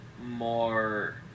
more